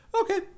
Okay